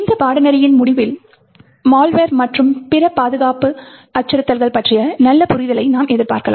இந்த பாடநெறியின் முடிவில் மால்வெர் மற்றும் பிற பாதுகாப்பு அச்சுறுத்தல்கள் பற்றிய நல்ல புரிதலை நாம் எதிர்பார்க்கலாம்